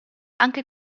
anche